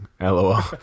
lol